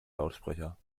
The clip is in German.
lautsprecher